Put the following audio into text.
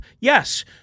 yes